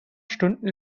stunden